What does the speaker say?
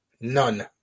none